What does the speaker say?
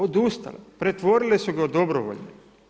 Odustale pretvorili su ga u dobrovoljni.